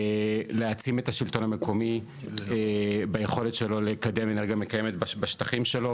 להעצים את השלטון המקומי ביכולת שלו לקדם אנרגיה מקיימת בשטחים שלו.